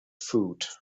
foot